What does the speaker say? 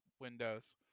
Windows